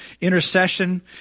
Intercession